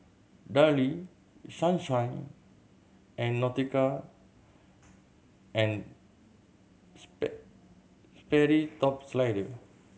Darlie Sunshine and Nautica and Sperry Top Slider